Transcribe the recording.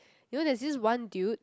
you know there's this one dude